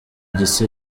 gisa